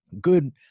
good